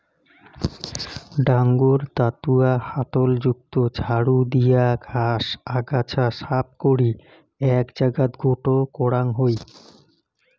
ডাঙর দাতুয়া হাতল যুক্ত ঝাড়ু দিয়া ঘাস, আগাছা সাফ করি এ্যাক জাগাত গোটো করাং হই